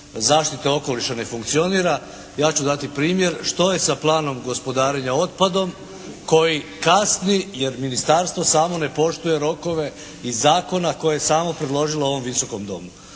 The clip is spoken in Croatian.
zaštite okoliša ne funkcionira. Ja ću dati primjer, što je sa planom gospodarenja otpadom koji kasni jer ministarstvo samo ne poštuje rokove iz zakona koje je samo predložilo ovom Visokom domu.